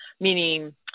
Meaning